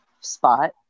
spot